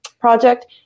project